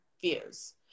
views